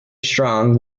strong